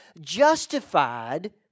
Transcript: justified